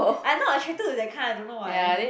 I not attracted to that kind I don't know why